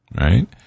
right